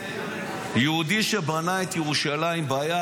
הוא יהודי שבנה את ירושלים ביד,